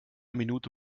minute